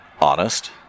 honest